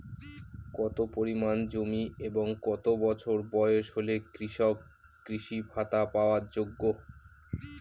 কত পরিমাণ জমি এবং কত বছর বয়স হলে কৃষক কৃষি ভাতা পাওয়ার যোগ্য?